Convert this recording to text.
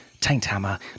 Tainthammer